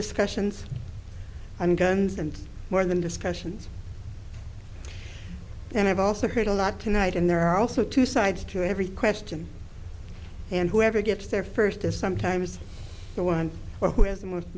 discussions on guns and more than discussions and i've also heard a lot tonight and there are also two sides to every question and whoever gets there first is sometimes the one who has the most